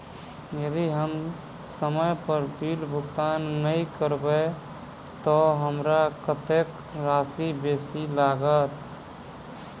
यदि हम समय पर बिल भुगतान नै करबै तऽ हमरा कत्तेक राशि बेसी लागत?